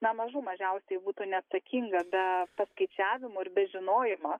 na mažų mažiausiai būtų neatsakinga be paskaičiavimų ir be žinojimo